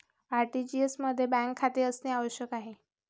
RTGS मध्ये bank खाते असणे आवश्यक आहे